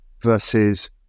versus